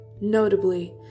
Notably